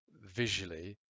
visually